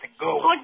go